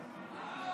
רגע,